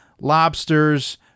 lobsters